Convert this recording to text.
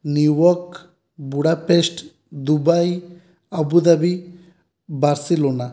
New York Budapest Dubai Abu Dhabi Barcelona